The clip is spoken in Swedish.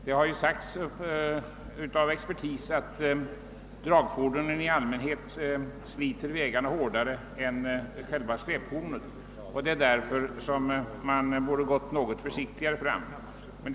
Det har sagts av expertis att dragfordonen i allmänhet sliter vägarna hårdare än släpvagnarna, och man borde därför ha gått fram något försiktigare.